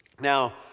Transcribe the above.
Now